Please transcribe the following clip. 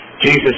Jesus